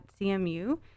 CMU